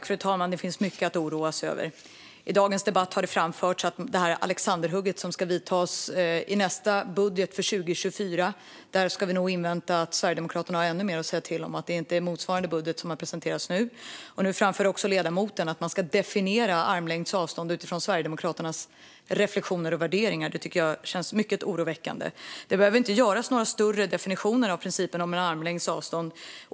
Fru talman! Det finns mycket att oroa sig över. I dagens debatt har det framförts att det ska göras ett alexanderhugg. När det gäller nästa budget, för 2024, ska vi nog vänta oss att Sverigedemokraterna har ännu mer att säga till om och att det inte kommer att vara en budget motsvarande den som nu har presenterats. Nu framförde också ledamoten att man ska definiera en armlängds avstånd utifrån Sverigedemokraternas reflektioner och värderingar. Det tycker jag känns mycket oroväckande. Det behöver inte göras några större definitioner av principen om en armlängds avstånd.